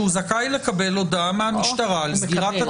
שהוא זכאי לקבל הודעה מהמשטרה על סגירת התיק ועל